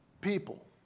people